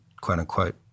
quote-unquote